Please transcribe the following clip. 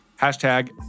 hashtag